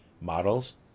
models